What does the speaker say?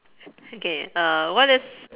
okay uh what is